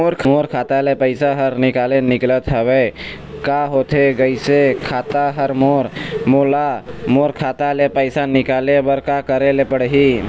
मोर खाता ले पैसा हर निकाले निकलत हवे, का होथे गइस खाता हर मोर, मोला मोर खाता ले पैसा निकाले ले का करे ले पड़ही?